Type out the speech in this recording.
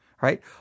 right